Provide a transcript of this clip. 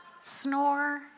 Snore